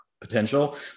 potential